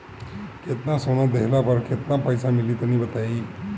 केतना सोना देहला पर केतना पईसा मिली तनि बताई?